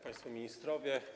Państwo Ministrowie!